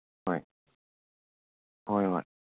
ꯍꯣꯏ ꯍꯣꯏ ꯍꯣꯏ